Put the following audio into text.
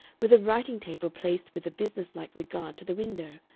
with a writing-table placed with a business-like regard to the window,